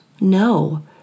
No